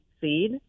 seed